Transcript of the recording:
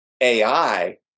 AI